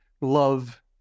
love